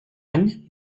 any